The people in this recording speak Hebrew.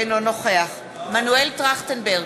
אינו נוכח מנואל טרכטנברג,